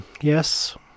Yes